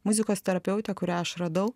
muzikos terapeutė kurią aš radau